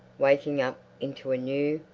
waking up into a new,